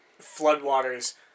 floodwaters